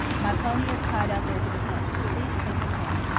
my pony is tied out there to the fence. please take him home.